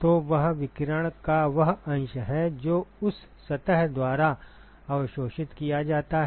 तो वह विकिरण का वह अंश है जो उस सतह द्वारा अवशोषित किया जाता है